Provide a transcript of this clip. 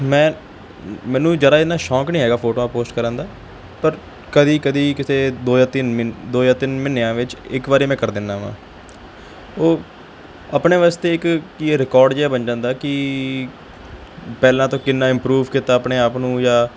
ਮੈਂ ਮੈਨੂੰ ਜ਼ਿਆਦਾ ਇੰਨਾ ਸ਼ੌਂਕ ਨਹੀਂ ਹੈਗਾ ਫੋਟੋਆਂ ਪੋਸਟ ਕਰਨ ਦਾ ਪਰ ਕਦੀ ਕਦੀ ਕਿਸੇ ਦੋ ਜਾਂ ਤਿੰਨ ਮਹੀਨ ਦੋ ਜਾਂ ਤਿੰਨ ਮਹੀਨਿਆਂ ਵਿੱਚ ਇੱਕ ਵਾਰੀ ਮੈਂ ਕਰ ਦਿੰਦਾ ਹਾਂ ਉਹ ਆਪਣੇ ਵਾਸਤੇ ਇੱਕ ਕਿ ਇਹ ਰਿਕਾਰਡ ਜਿਹਾ ਬਣ ਜਾਂਦਾ ਕਿ ਪਹਿਲਾਂ ਤੋਂ ਕਿੰਨਾ ਇੰਪਰੂਵ ਕੀਤਾ ਆਪਣੇ ਆਪ ਨੂੰ ਜਾਂ